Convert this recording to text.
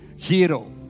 hero